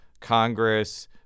Congress